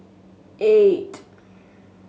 eight